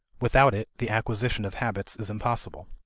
without it, the acquisition of habits is impossible.